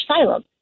asylum